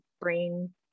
brain